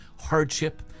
hardship